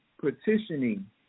petitioning